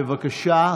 בבקשה.